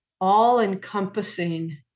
all-encompassing